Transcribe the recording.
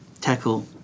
tackle